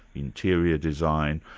interior design,